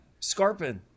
Scarpin